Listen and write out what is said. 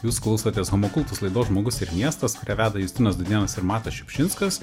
jūs klausotės homo kultus laidos žmogus ir miestas kurią veda justinas dūdėnas ir matas šiupšinskas